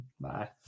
Bye